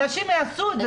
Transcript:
אנשים יעשו את זה,